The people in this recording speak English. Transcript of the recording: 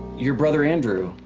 your brother andrew,